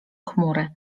chmury